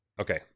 Okay